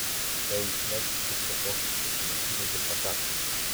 tai įsimesk į kupšę kokius tris sumuštinius ir pakaks